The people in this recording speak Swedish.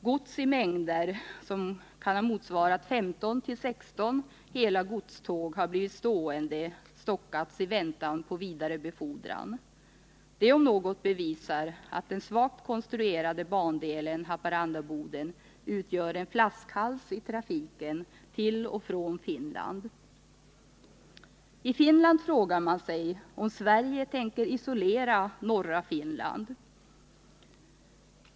Gods i mängder, som kan ha motsvarat 15-16 hela godståg, har blivit stående i väntan på vidarebefodran. Det om något bevisar att den svagt konstruerade bandelen Haparanda-Boden utgör en flaskhals i trafiken till och från Finland. I Finland frågar man sig om Sverige tänker isolera norra Finland.